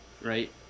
Right